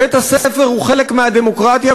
בית-הספר הוא חלק מהדמוקרטיה,